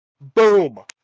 Boom